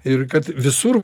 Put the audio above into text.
ir kad visur